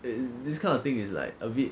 uh this kind of thing is like a bit